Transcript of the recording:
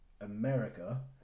America